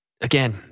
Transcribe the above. again